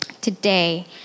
today